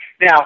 Now